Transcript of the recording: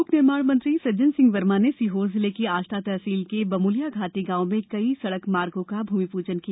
लोकनिर्माण मंत्री सज्जन वर्मा ने सीहोर जिले की आष्टा तहसील के बमुलिया घाटी गांव में कई सड़क मार्गों का भूमिपूजन किया